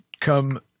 come